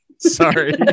Sorry